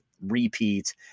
repeat